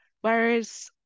whereas